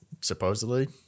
supposedly